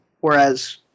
Whereas